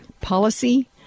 policy